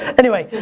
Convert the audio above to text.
anyway.